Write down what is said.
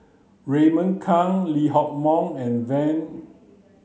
Raymond Kang Lee Hock Moh and then